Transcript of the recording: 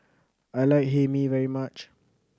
I like Hae Mee very much